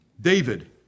David